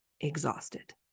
exhausted